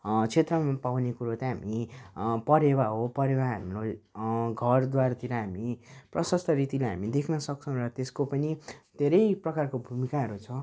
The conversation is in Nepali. क्षेत्रमा पाउने कुरो चाहिँ हामी परेवा हो परेवा हाम्रो घरद्वारतिर हामी प्रसस्त रीतिले हामी देख्नसक्छौँ र त्यसको पनि धेरै प्रकारको भूमिकाहरू छ